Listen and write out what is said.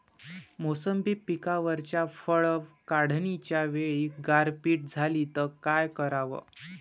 मोसंबी पिकावरच्या फळं काढनीच्या वेळी गारपीट झाली त काय कराव?